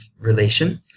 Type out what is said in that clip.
relation